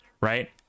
right